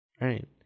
Right